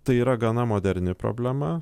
tai yra gana moderni problema